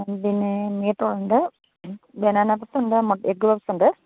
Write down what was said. പിന്നെ meat roll ഉണ്ട് banana puffs ഉണ്ട് എഗ്ഗ് പഫ്സ് ഉണ്ട്